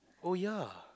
oh ya